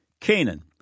Canaan